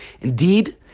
Indeed